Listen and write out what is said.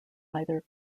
either